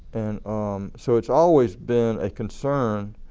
and um so it's always been a concern